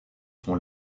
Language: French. son